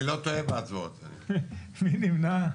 מי נמנע?